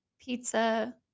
pizza